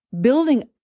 building